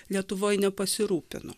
lietuvoj nepasirūpino